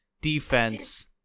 defense